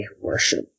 worship